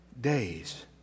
days